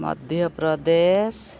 Madhya Pradesh